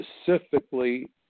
specifically